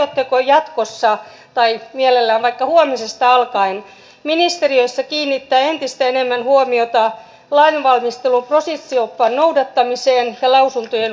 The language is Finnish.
aiotteko jatkossa tai mielellään vaikka huomisesta alkaen ministeriössä kiinnittää entistä enemmän huomiota lainvalmistelun prosessioppaan noudattamiseen ja lausuntojen huomioon ottamiseen